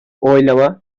oylama